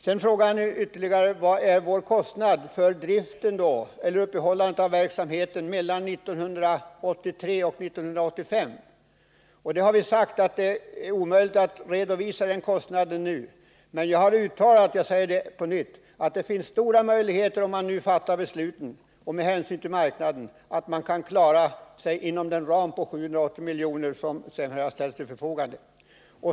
Sedan frågade Thage Peterson vilken kostnad det blir för att ha verksamheten i drift mellan 1983 och 1985. Vi har sagt att det är omöjligt att redovisa den kostnaden nu. Men jag har uttalat, och jag säger det på nyit, att det, om vi fattar beslutet nu och med hänsynstagande till marknaden, finns stora möjligheter att varvet kan klara sig inom den ram på 780 milj.kr. som har ställts till förfogande.